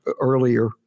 earlier